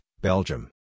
Belgium